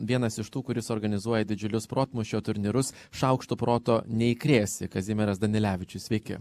vienas iš tų kuris organizuoja didžiulius protmūšio turnyrus šaukštu proto neįkrėsi kazimieras danilevičius sveiki